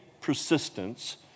persistence